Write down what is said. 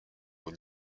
aux